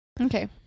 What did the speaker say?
Okay